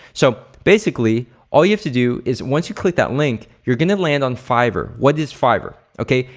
so, basically all you have to do is once you click that link, you're gonna land on fiver. what is fiver, okay?